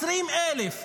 20,000,